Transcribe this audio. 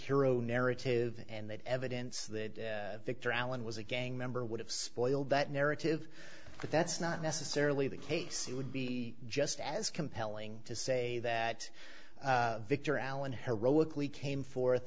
hero narrative and that evidence that victor allen was a gang member would have spoiled that narrative but that's not necessarily the case it would be just as compelling to say that victor allen heroically came forth